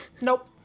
Nope